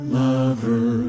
lover